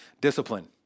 discipline